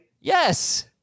Yes